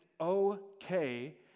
okay